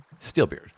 Steelbeard